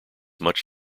much